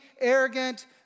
arrogant